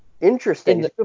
Interesting